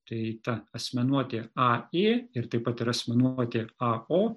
tai ta asmenuotė a ė ir taip pat ir asmenoutė a o